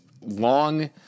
long